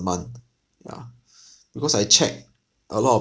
month yeah because I check a lot of